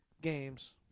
games